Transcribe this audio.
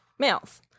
males